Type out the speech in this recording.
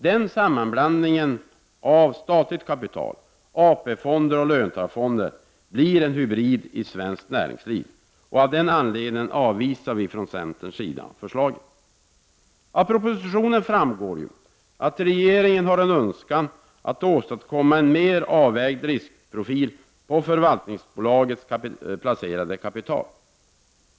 Den sammanblandningen av statligt kapital, AP-fonder och löntagarfonder blir en hybrid i svenskt näringsliv. Av den anledningen avvisar centern förslaget. Av propositionen framgår att regeringen har en önskan att åstadkomma en mer avvägd riskprofil på förvaltningsbolagets placerade kapital.